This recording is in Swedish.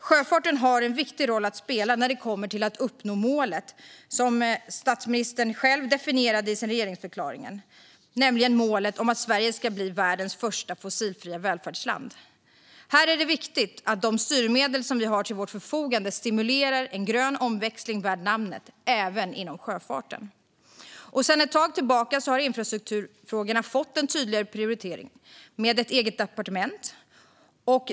Sjöfarten har en viktig roll att spela när det kommer till att uppnå målet, som statsministern själv definierade i sin regeringsförklaring, nämligen att Sverige ska bli världens första fossilfria välfärdsland. Här är det viktigt att de styrmedel som vi har till förfogande stimulerar en grön omväxling värd namnet, även inom sjöfarten. Sedan ett tag tillbaka har infrastrukturfrågorna fått en tydligare prioritering, med ett eget departement.